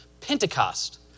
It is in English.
Pentecost